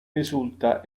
risulta